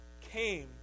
came